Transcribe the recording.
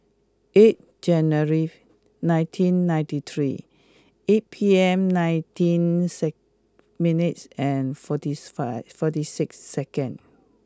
eighth January nineteen ninety three eight P M nineteen six minutes and fortieth five forty six seconds